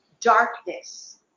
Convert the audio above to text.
darkness